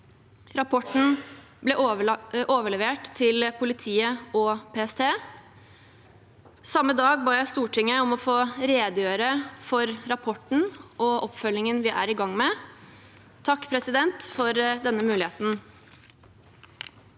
Rapporten ble overlevert til politiet og PST. Samme dag ba jeg Stortinget om å få redegjøre for rapporten og oppfølgingen vi er i gang med. Takk for denne muligheten.